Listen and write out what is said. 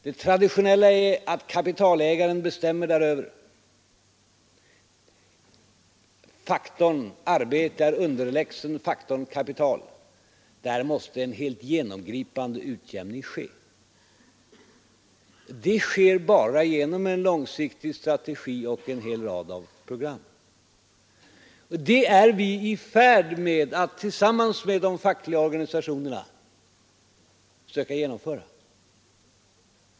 Det traditionella är att kapitalägaren bestämmer däröver, dvs. att faktorn arbete är underlägsen faktorn kapital. Därvidlag måste en helt genomgripande utjämning ske! En sådan kan åstadkommas bara genom en långsiktig strategi och en hel rad av program, och det är vi i färd med att tillsammans med de fackliga organisationerna försöka genomföra.